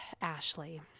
Ashley